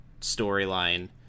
storyline